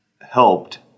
helped